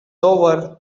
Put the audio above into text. over